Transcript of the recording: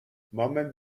moment